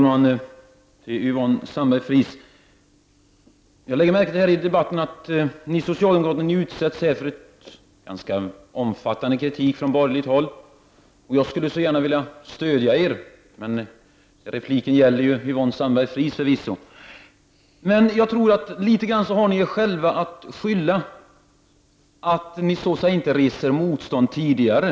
Herr talman! Jag lägger märke till, Yvonne Sandberg-Fries, att ni socialdemokrater utsätts för en ganska omfattande kritik från borgerligt håll. Jag skulle gärna vilja stödja er, men min replik gäller förvisso Yvonne Sandberg Fries. Litet grand har ni er själva att skylla. Ni borde ha rest motstånd tidigare.